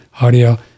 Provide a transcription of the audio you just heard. audio